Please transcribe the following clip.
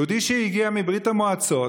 יהודי שהגיע מברית המועצות,